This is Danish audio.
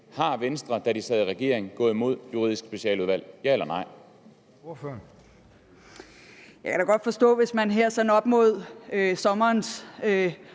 Er Venstre, da de sad i regering, gået imod Juridisk Specialudvalg, ja eller nej?